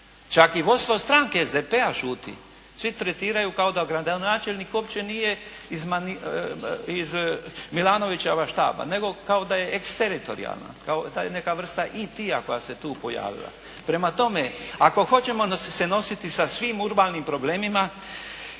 Čak i vodstvo stranke SDP-a šuti. Svi tretiraju kao da gradonačelnik uopće nije iz Milanovićeva štaba nego kao da je eksteritorijalna, kao da je neka vrsta E.T.-a koja se tu pojavila. Prema tome, ako hoćemo se nositi sa svim urbanim problemima,